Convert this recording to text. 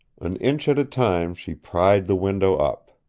an inch at a time she pried the window up.